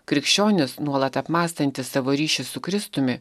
krikščionis nuolat apmąstantis savo ryšį su kristumi